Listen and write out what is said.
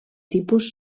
tipus